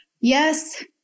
yes